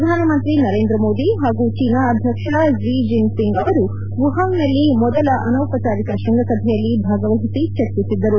ಪ್ರಧಾನ ಮಂತ್ರಿ ನರೇಂದ್ರ ಮೋದಿ ಹಾಗೂ ಚೀನಾ ಅಧ್ಯಕ್ಷ ಕ್ಷಿಜಿಂಗ್ಪಿಂಗ್ ಅವರು ವುಹಾಂಗ್ನಲ್ಲಿ ಮೊದಲ ಅನೌಪಚಾರಿಕ ಶೃಂಗಸಭೆಯಲ್ಲಿ ಭಾಗವಹಿಸಿ ಚರ್ಚಿಸಿದ್ದರು